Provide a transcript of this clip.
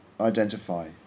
identify